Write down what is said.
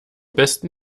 besten